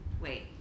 Wait